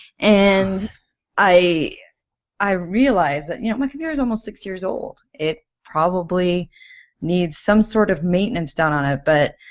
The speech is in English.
and i i realized that you know my computer is almost six years old. it probably needs some sort of maintenance done on it but